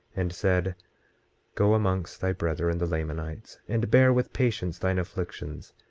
and said go amongst thy brethren, the lamanites, and bear with patience thine afflictions,